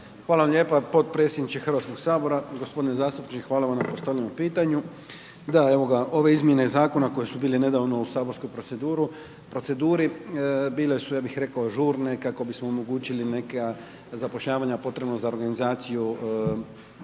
Hvala lijepa potpredsjedniče HS-a. G. zastupnik, hvala vam na postavljenom pitanju. Da, evo ga, ove izmjene zakona koje su bile nedavno u saborsku proceduri bile su, ja bih rekao žurne kako bismo omogućili neka zapošljavanja potrebno za organizaciju